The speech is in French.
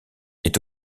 est